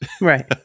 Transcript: Right